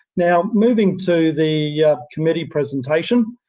now, moving to the yeah committee presentation,